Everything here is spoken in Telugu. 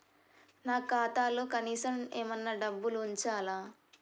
నా ఖాతాలో కనీసం ఏమన్నా డబ్బులు ఉంచాలా?